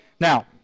Now